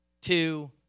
two